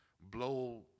blow